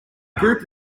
group